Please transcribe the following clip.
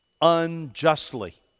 unjustly